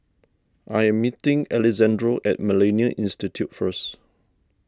I am meeting Alexandro at Millennia Institute first